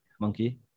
monkey